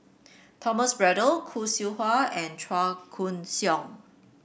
Thomas Braddell Khoo Seow Hwa and Chua Koon Siong